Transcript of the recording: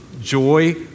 joy